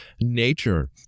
nature